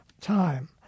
time